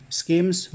schemes